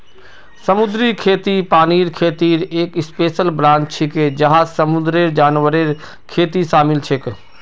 समुद्री खेती पानीर खेतीर एक स्पेशल ब्रांच छिके जहात समुंदरेर जानवरेर खेती शामिल छेक